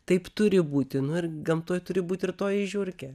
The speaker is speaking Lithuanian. taip turi būti nu ir gamtoje turi būt ir toji žiurkė